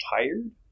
tired